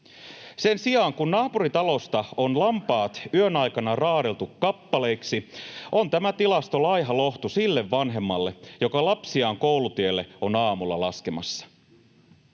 Sen sijaan kun naapuritalosta on lampaat yön aikana raadeltu kappaleiksi, on tämä tilasto laiha lohtu sille vanhemmalle, joka lapsiaan koulutielle on aamulla laskemassa.